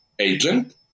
agent